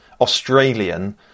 Australian